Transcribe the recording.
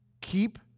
Keep